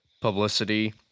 publicity